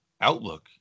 outlook